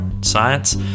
science